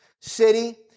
city